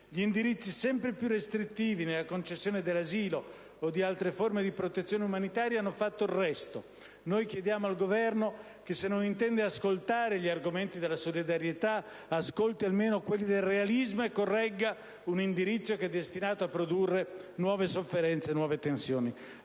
Gli indirizzi sempre più restrittivi nella concessione dell'asilo o di altre forme di protezione umanitaria hanno fatto il resto. Noi chiediamo al Governo che, se non intende ascoltare gli argomenti della solidarietà, ascolti almeno quelli del realismo e corregga un indirizzo che è destinato a produrre nuove sofferenze e nuove tensioni.